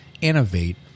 innovate